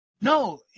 no